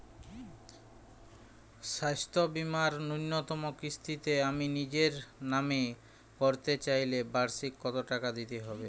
স্বাস্থ্য বীমার ন্যুনতম কিস্তিতে আমি নিজের নামে করতে চাইলে বার্ষিক কত টাকা দিতে হবে?